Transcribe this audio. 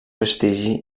prestigi